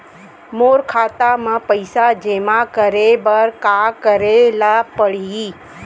मोर खाता म पइसा जेमा करे बर का करे ल पड़ही?